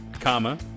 comma